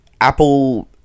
Apple